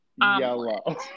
yellow